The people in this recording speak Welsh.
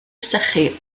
sychu